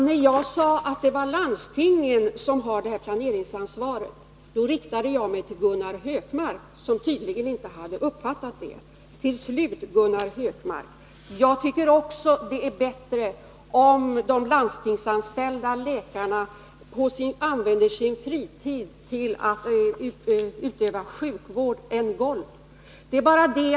När jag sade att det var landstingen som har planeringsansvaret, Karin Ahrland, så riktade jag mig till Gunnar Hökmark, som tydligen inte hade uppfattat det. Till sist, Gunnar Hökmark: Jag tycker också att det är bättre om de landstingsanställda läkarna använder sin fritid till att utöva sjukvård än till att spela golf.